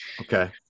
Okay